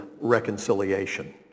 reconciliation